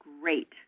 great